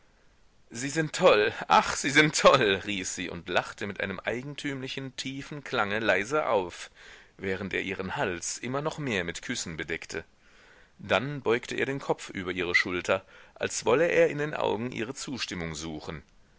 sie sind toll ach sie sind toll rief sie und lachte mit einem eigentümlichen tiefen klange leise auf während er ihren hals immer noch mehr mit küssen bedeckte dann beugte er den kopf über ihre schulter als wolle er in den augen ihre zustimmung suchen